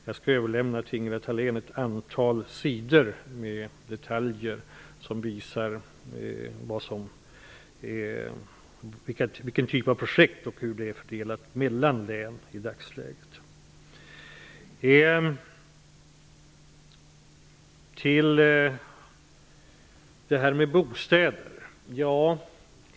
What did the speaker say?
Jag skall till Ingela Thalén överlämna ett antal papper med detaljer som visar vilken typ av projekt det gäller och hur de är fördelade mellan länen i dagsläget. Låt mig gå över till bostäderna.